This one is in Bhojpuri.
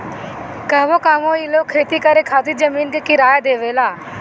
कहवो कहवो ई लोग खेती करे खातिर जमीन के किराया देवेला